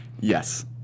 Yes